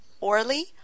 Orly